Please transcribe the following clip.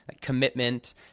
commitment